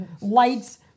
lights